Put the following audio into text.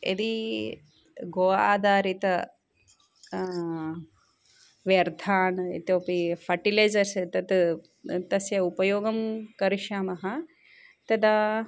यदि गो आधारितः व्यर्थान् इतोऽपि फ़ट्टिलैजर्स् एतत् तस्य उपयोगं करिष्यामः तदा